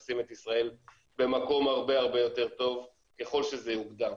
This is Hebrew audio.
ותשים את ישראל במקום הרבה הרבה יותר טוב ככל שזה יוקדם.